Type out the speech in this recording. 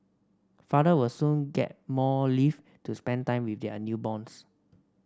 father will soon get more leave to spend time with their newborns